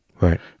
Right